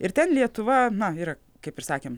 ir ten lietuva na ir kaip ir sakėm